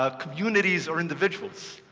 ah communities, or individuals,